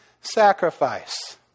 sacrifice